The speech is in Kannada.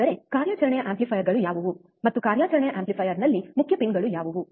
ಅಂದರೆ ಕಾರ್ಯಾಚರಣೆಯ ಆಂಪ್ಲಿಫೈಯರ್ಗಳು ಯಾವುವು ಮತ್ತು ಕಾರ್ಯಾಚರಣೆಯ ಆಂಪ್ಲಿಫೈಯರ್ನಲ್ಲಿ ಮುಖ್ಯ ಪಿನ್ಗಳು ಯಾವುವು